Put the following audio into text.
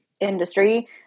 industry